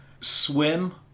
swim